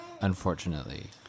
unfortunately